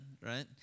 right